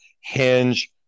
hinge